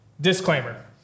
disclaimer